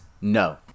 no